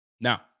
Now